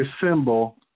symbol